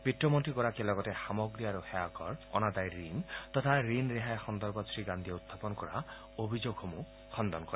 বিত্তমন্ত্ৰীগৰাকীয়ে লগতে সামগ্ৰী আৰু সেৱা কৰঅনাদায় ঋণ তথা ঋণ ৰেহাই সন্দৰ্ভত শ্ৰীগান্ধীয়ে উখাপন কৰা অভিযোগসমূহ খণ্ডন কৰে